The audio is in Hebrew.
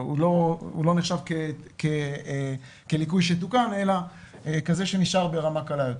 לא נחשב ליקוי שתוקן אלא ככזה שנותר ברמה קלה יותר.